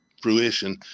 fruition